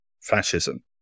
fascism